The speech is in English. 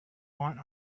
want